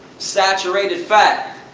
saturated fat.